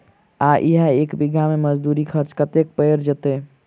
आ इहा एक बीघा मे मजदूरी खर्च कतेक पएर जेतय?